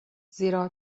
زیرا